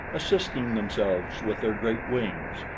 assisting themselves with their great wings,